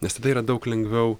nes tada yra daug lengviau